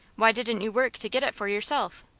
why didn't you work to get it for yourself?